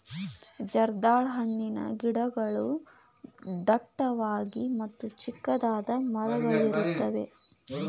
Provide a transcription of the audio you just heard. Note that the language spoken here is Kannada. ಜರ್ದಾಳ ಹಣ್ಣಿನ ಗಿಡಗಳು ಡಟ್ಟವಾಗಿ ಮತ್ತ ಚಿಕ್ಕದಾದ ಮರಗಳಿರುತ್ತವೆ